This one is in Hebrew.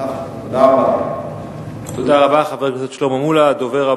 כי האוצר לא רצה לתת בכלל.